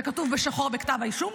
זה כתוב בשחור בכתב האישום,